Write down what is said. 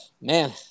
Man